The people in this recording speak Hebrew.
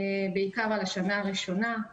בעיקר על השנה הראשונה.